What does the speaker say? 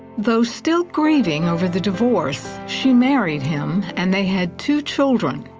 though still grieving over the divorce, she married him and they had two children.